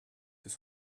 his